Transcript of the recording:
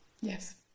Yes